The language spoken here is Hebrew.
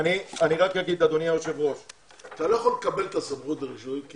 אתה לא יכול לקבל את הסמכות לרישוי אבל